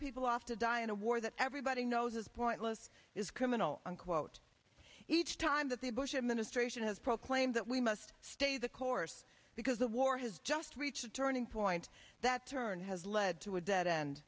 people off to die in a war that everybody knows is pointless is criminal unquote each time that the bush administration has proclaimed that we must stay the course because the war has just reached a turning point that turn has led to a dead end